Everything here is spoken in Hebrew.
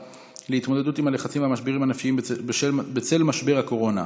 להתמודדות עם הלחצים והמשברים הנפשיים בצל משבר הקורונה,